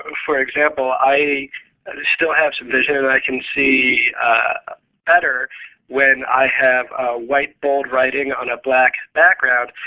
ah for example, i still have some vision, and i can see better when i have a white bold writing on a black background.